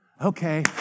Okay